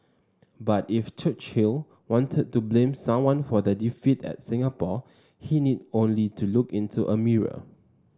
but if Churchill wanted to blame someone for the defeat at Singapore he need only to look into a mirror